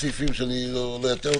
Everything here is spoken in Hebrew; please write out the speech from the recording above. כן.